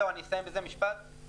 אני רק רוצה לחדד את ההבדל.